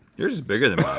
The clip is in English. yours is bigger than